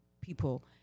people